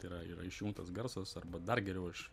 tai yra yra išjungtas garsas arba dar geriau aš